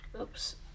Oops